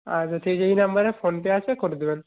আচ্ছা ঠিক এই নম্বরে ফোন পে আছে করে দেবেন